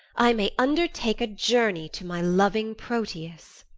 i may undertake a journey to my loving proteus.